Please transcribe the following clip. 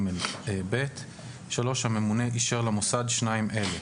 2ג(ב); (3)הממונה אישר למוסד שניים אלה: